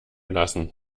lassen